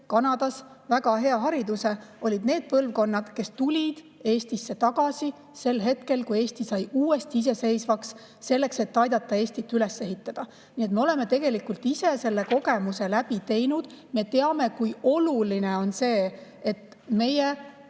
Kanadas väga hea hariduse, olid need põlvkonnad, kes tulid Eestisse tagasi sel hetkel, kui Eesti sai uuesti iseseisvaks, selleks et aidata Eestit üles ehitada. Nii et me oleme tegelikult ise selle kogemuse läbi teinud. Me teame, kui oluline on see, et meie